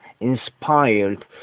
inspired